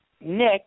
Nick